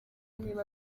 niba